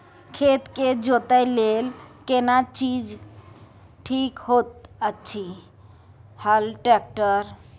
खेत के जोतय लेल केना चीज ठीक होयत अछि, हल, ट्रैक्टर?